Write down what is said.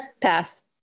pass